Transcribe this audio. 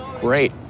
Great